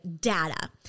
data